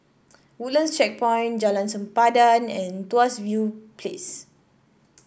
Woodlands Checkpoint Jalan Sempadan and Tuas View Place